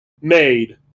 made